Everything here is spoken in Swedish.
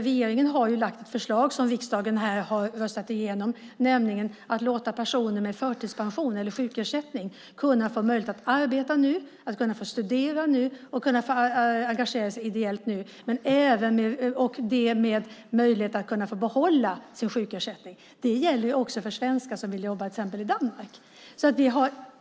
Regeringen har lagt fram ett förslag som riksdagen har röstat igenom, nämligen att låta personer med förtidspension eller sjukersättning få möjlighet att arbeta, studera och engagera sig ideellt och med möjlighet att få behålla sin sjukersättning. Det gäller också för svenskar som vill jobba i till exempel Danmark.